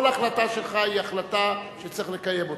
כל החלטה שלך היא החלטה שצריך לקיים אותה.